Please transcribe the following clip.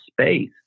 space